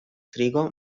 trigo